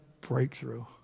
breakthrough